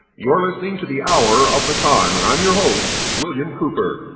you're listening to the hour of the time and i'm your host, william cooper.